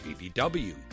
BBW